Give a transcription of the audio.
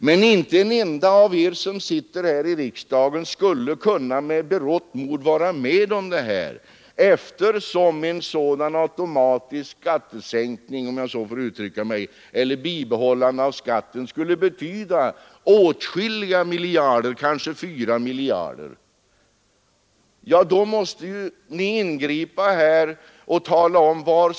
Men inte en enda av er som sitter här i riksdagen skulle med berått mod kunna vara med om att genomföra en ordning av det här slaget, eftersom en sådan automatisk skattesänkning, om jag så får uttrycka mig, skulle betyda åtskilliga miljarder i inkomstbortfall — kanske 4 miljarder — för stat och kommun och landsting.